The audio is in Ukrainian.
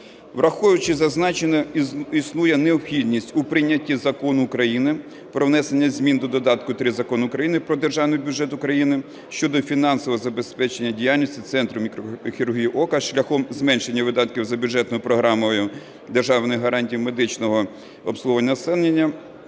Враховуючи зазначене, існує необхідність у прийняті Закону України про внесення змін до додатку 3 Закону України про Державний бюджет України щодо фінансового забезпечення діяльності Центру мікрохірургії ока шляхом зменшення видатків за бюджетною програмою державних гарантії медичного обслуговування населення